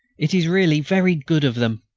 it is really very good of them,